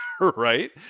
Right